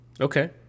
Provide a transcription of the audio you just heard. Okay